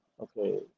Okay